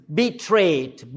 betrayed